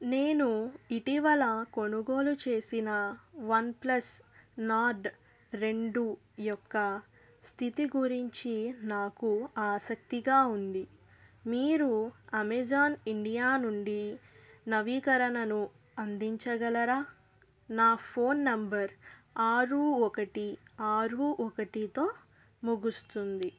నేను ఇటీవల కొనుగోలు చేసిన వన్ ప్లస్ నార్డ్ రెండు యొక్క స్థితి గురించి నాకు ఆసక్తిగా ఉంది మీరు అమెజాన్ ఇండియా నుండి నవీకరణను అందించగలరా నా ఫోన్ నంబర్ ఆరు ఒకటి ఆరు ఒకటితో ముగుస్తుంది